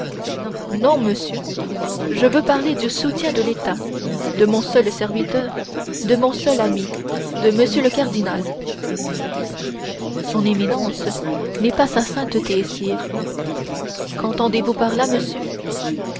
non monsieur je veux parler du soutien de l'état de mon seul serviteur de mon seul ami de m le cardinal son éminence n'est pas sa sainteté sire qu'entendez-vous par là monsieur